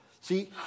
see